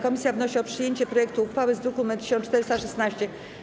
Komisja wnosi o przyjęcie projektu uchwały z druku nr 1416.